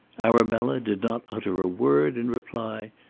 arabella did not utter a word in reply,